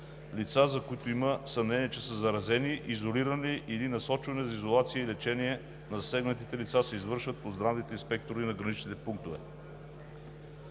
лица, за които има съмнение, че са заразени, изолирани или насочвани за изолация, и лечението на засегнатите лица се извършват от здравните инспектори на граничните пунктове.